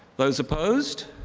those opposed?